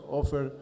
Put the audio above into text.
offer